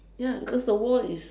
ya because the wall is